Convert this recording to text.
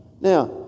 Now